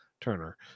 Turner